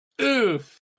oof